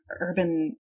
urban